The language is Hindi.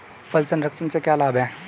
फल संरक्षण से क्या लाभ है?